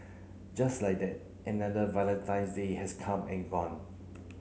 just like that another Valentine's Day has come and gone